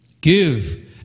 Give